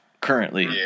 currently